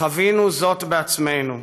חווינו זאת בעצמנו: